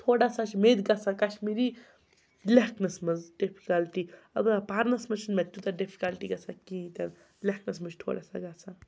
تھوڑا سا چھِ مےٚ تہِ گژھان کشمیٖری لیٚکھنَس منٛز ڈِفکَلٹی البتہ پرنَس منٛز چھِنہٕ مےٚ تیوٗتاہ ڈِفکَلٹی گژھان کِہیٖنۍ تہِ نہٕ لیٚکھنَس منٛز چھِ تھوڑا سا گژھان